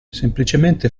semplicemente